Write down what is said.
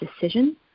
decision